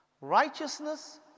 righteousness